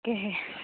তাকেহে